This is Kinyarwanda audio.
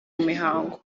mihango